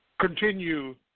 Continue